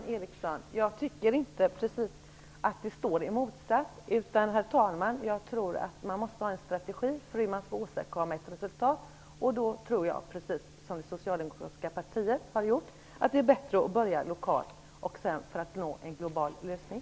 Herr talman! Jag tycker inte precis att det handlar om ett motsatsförhållande, men jag tror att man måste ha en strategi för att åstadkomma resultat. Då tror jag, precis som det socialdemokratiska partiet, att det är bättre att börja lokalt för att sedan nå en global lösning.